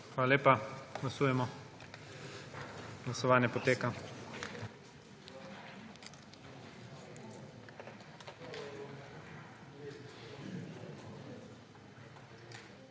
Hvala lepa. Glasujemo. Glasovanje poteka.